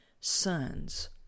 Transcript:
sons